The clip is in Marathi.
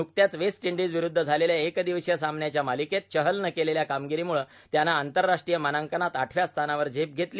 नुकत्याच वेस्ट इंडिज विरुद्ध झालेल्या एक दिवसीय सामन्यांच्या मालिकेत चहलनं केलेल्या कामगिरीमुळे त्यानं आंतरराष्ट्रीय मानांकनात आठव्या स्थानावर झेड घेतली